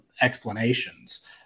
explanations